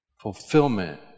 fulfillment